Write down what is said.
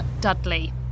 Dudley